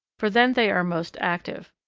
for then they are most active.